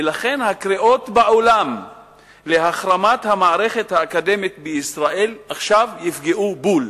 ולכן הקריאות בעולם להחרמת המערכת האקדמית בישראל עכשיו יפגעו בול,